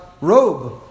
robe